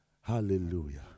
Hallelujah